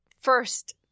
first